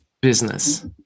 business